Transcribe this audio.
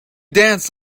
danced